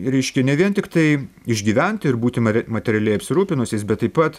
reiškia ne vien tiktai išgyventi ir būti materialiai apsirūpinusiais bet taip pat